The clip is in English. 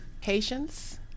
patience